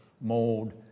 mold